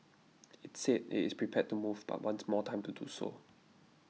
it said it is prepared to move but wants more time to do so